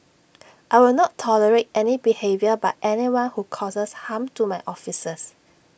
I will not tolerate any behaviour by anyone who causes harm to my officers